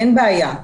אין בעיה.